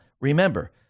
remember